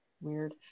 Weird